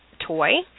toy